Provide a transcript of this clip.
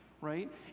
right